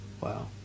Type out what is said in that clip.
Wow